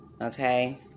Okay